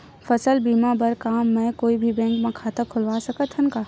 फसल बीमा बर का मैं कोई भी बैंक म खाता खोलवा सकथन का?